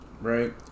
right